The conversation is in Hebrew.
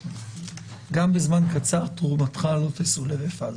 גם בזמן קצר תרומתך לא תסולא בפז.